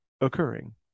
occurring